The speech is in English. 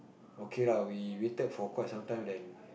okay lah we waited for quite some time then